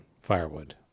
firewood